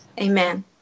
Amen